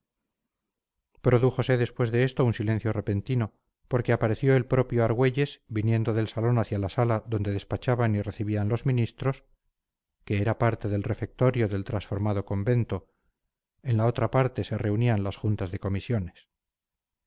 prodújose después de esto un silencio repentino porque apareció el propio argüelles viniendo del salón hacia la sala donde despachaban y recibían los ministros que era parte del refectorio del transformado convento en la otra parte se reunían las juntas de comisiones